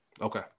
Okay